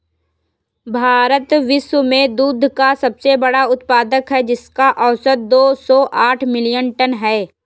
भारत विश्व में दुग्ध का सबसे बड़ा उत्पादक है, जिसका औसत दो सौ साठ मिलियन टन है